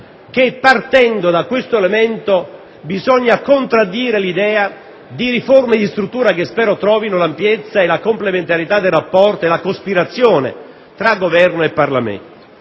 che partendo da questo elemento si debba contraddire l'idea di riforme strutturali, che spero trovino l'ampiezza, la complementarità dell'apporto e la cospirazione tra Governo e Parlamento;